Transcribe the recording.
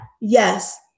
yes